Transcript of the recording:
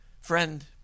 Friend